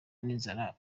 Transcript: n’inzara